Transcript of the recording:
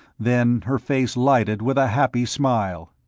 then her face lighted with a happy smile.